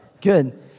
Good